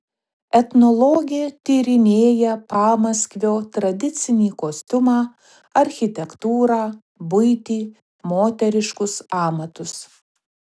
etnologė tyrinėja pamaskvio tradicinį kostiumą architektūrą buitį moteriškus amatus